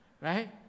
right